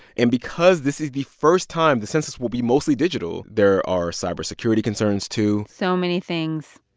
and because this is the first time the census will be mostly digital, there are cybersecurity concerns, too so many things.